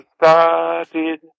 started